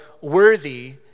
worthy